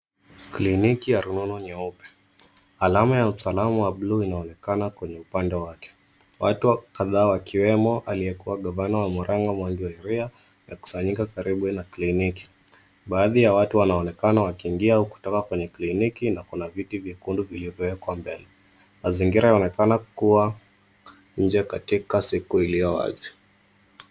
Kliniki ya rununu nyeupe. Alama ya msalaba wa buluu inaonekana kwenye upande wake. Watu kadhaa wakiwemo aliyekuwa gavana wa Murang'a Mwangi Wa Iria wamekusanyika karibu na kliniki. Baadhi ya watu wanaonekana wakiingia au kutoka kwenye kliniki na kuna viti vyekundu vilivyowekwa mbele. Mazingira yanaonekana kuwa nje katika siku iliyo wazi.